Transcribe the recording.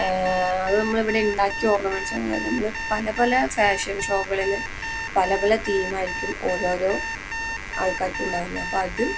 അത് നമ്മളിവിടെ ഉണ്ടാക്കി ഓർണമൻസാ നമ്മൾ പല പല ഫാഷൻ ഷോകളിൽ പല പല തീമായിരിക്കും ഓരോരോ ആൾക്കാർക്ക് ഉണ്ടാവുന്നത് അപ്പം അത്